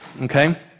okay